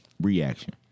reaction